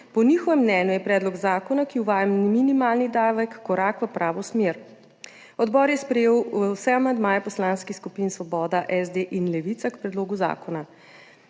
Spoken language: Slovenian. Po njihovem mnenju je predlog zakona, ki uvaja minimalni davek, korak v pravo smer. Odbor je sprejel vse amandmaje poslanskih skupin Svoboda, SD in Levica k predlogu zakona.